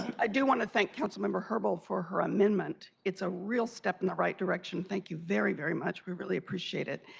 i do want to thank council member herbold for her amendment. it's a real step in the right direction. thank you very, very much. we really appreciate it.